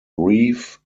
reef